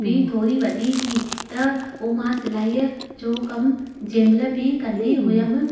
बि थोरी वढी थी त पोइ मां सिलाईअ जो कमु जंहिं महिल बि कंदी हुअमि